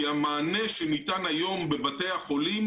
המענה שניתן היום בבתי החולים,